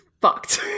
fucked